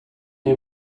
neu